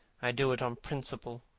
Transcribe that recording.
i do it on principle.